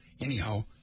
Anyhow